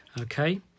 Okay